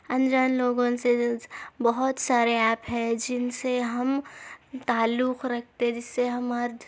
انجان لوگوں سے بہت سارے ایپ ہے جن سے ہم تعلق رکھتے جس سے ہم آج